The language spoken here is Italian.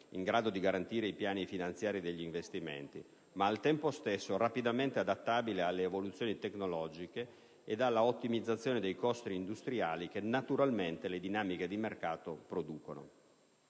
in grado di garantire i piani finanziari degli investimenti, ma al tempo stesso rapidamente adattabile alle evoluzioni tecnologiche e all'ottimizzazione dei costi industriali che naturalmente le dinamiche di mercato producono.